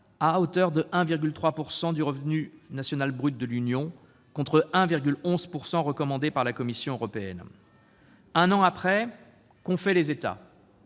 à hauteur de 1,3 % du revenu national brut de l'Union, contre 1,11 %, taux recommandé par la Commission européenne. Un an après, qu'ont fait les États ?